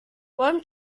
worm